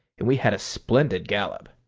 and we had a splendid gallop.